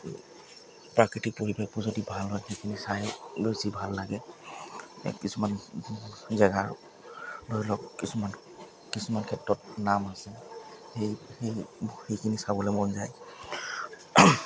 প্ৰাকৃতিক পৰিৱেশবোৰ যদি ভাল হয় সেইখিনি চাই বেছি ভাল লাগে এই কিছুমান জেগাৰ ধৰি লওক কিছুমান কিছুমান ক্ষেত্ৰত নাম আছে সেই সেই সেইখিনি চাবলৈ মন যায়